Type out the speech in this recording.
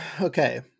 Okay